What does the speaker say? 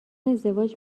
ازدواج